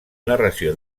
narració